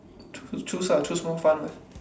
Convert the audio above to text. ch~ choose ah choose more fun one